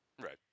Right